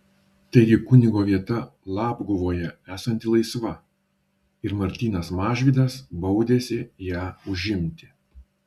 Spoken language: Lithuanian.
taigi kunigo vieta labguvoje esanti laisva ir martynas mažvydas baudėsi ją užimti